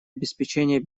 обеспечения